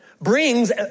brings